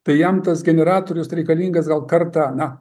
tai jam tas generatorius reikalingas gal kartą na